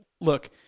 look